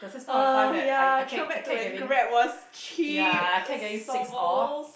uh ya throwback to when Grab was cheap